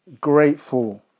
grateful